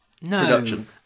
production